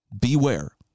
beware